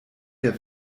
der